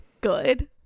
good